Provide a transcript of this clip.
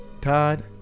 Todd